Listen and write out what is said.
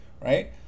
right